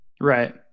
Right